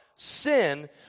sin